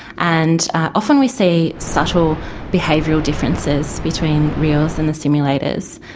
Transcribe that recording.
and often we see subtle behavioural differences between reals and the simulators.